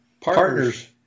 partner's